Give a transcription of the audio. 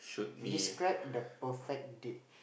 describe the perfect date